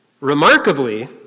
Remarkably